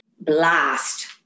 blast